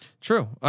True